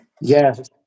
Yes